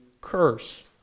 curse